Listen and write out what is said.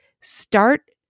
start